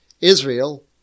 Israel